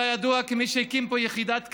אתה ידוע כמי שהקים פה יחידת כת"ף,